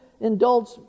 indulge